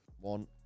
One